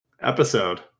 episode